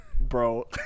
Bro